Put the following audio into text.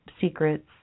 secrets